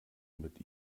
mit